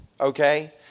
okay